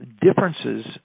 differences